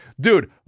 dude